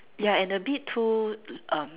ya and a bit too err